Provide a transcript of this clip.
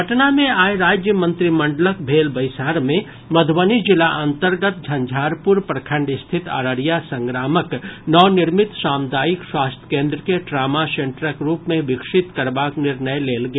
पटना मे आइ राज्य मंत्रिमंडलक भेल बैसार मे मधुबनी जिला अंतर्गत झंझारपुर प्रखंड स्थित अररिया संग्रामक नवनिर्मित सामुदायिक स्वास्थ्य केन्द्र के ट्रामा सेंटरक रूप में विकसित करबाक निर्णय लेल गेल